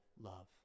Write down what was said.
love